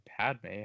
Padme